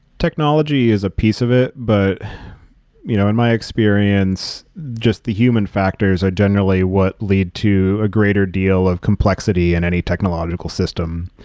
technology is a piece of it, but you know in my experience, just the human factors are generally what lead to a greater deal of complexity in any technological system.